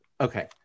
Okay